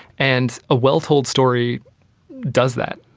and a well told story does that,